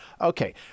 Okay